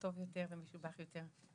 טוב יותר ומשובח יותר.